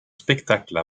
spectacle